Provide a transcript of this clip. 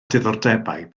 diddordebau